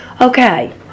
okay